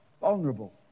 vulnerable